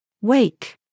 Wake